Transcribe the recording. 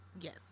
Yes